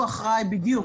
הוא אחראי בדיוק